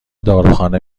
داروخانه